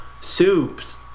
Soup's